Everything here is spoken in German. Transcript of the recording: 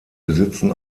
besitzen